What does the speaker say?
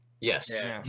Yes